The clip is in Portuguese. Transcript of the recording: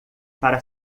para